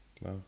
Wow